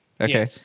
Okay